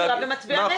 אני מישירה ומצביעה נגד.